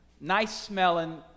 nice-smelling